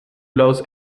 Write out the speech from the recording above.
los